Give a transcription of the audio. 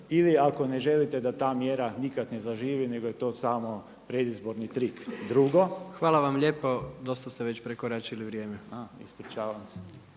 ili ako ne želite da ta mjera nikad ne zaživi nego je to samo predizborni trik. **Jandroković, Gordan (HDZ)** Hvala vam lijepo. Dosta ste već prekoračili vrijeme. **Kovač,